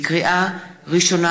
לקריאה ראשונה,